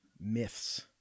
myths